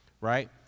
right